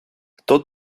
kto